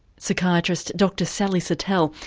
psychiatrist dr sally satel,